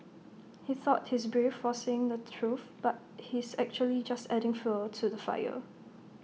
he thought he's brave for saying the truth but he's actually just adding fuel to the fire